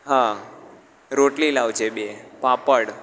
હં રોટલી લાવજે બે પાપડ